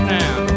now